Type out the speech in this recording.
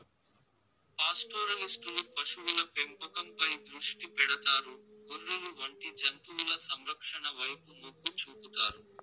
పాస్టోరలిస్టులు పశువుల పెంపకంపై దృష్టి పెడతారు, గొర్రెలు వంటి జంతువుల సంరక్షణ వైపు మొగ్గు చూపుతారు